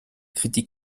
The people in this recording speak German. kritik